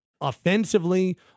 offensively